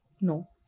no